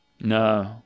no